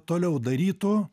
toliau darytų